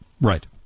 Right